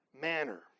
manner